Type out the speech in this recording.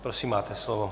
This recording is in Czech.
Prosím, máte slovo.